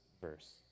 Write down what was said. verse